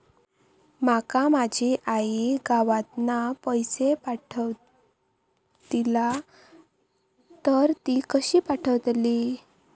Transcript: माका माझी आई गावातना पैसे पाठवतीला तर ती कशी पाठवतली?